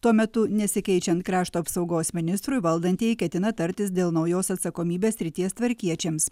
tuo metu nesikeičiant krašto apsaugos ministrui valdantieji ketina tartis dėl naujos atsakomybės srities tvarkiečiams